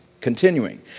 Continuing